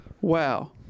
Wow